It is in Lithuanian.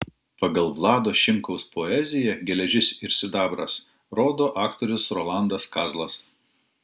pagal vlado šimkaus poeziją geležis ir sidabras rodo aktorius rolandas kazlas